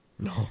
No